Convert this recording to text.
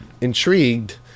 intrigued